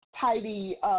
tidy